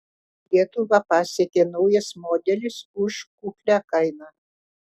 lietuvą pasiekė naujas modelis už kuklią kainą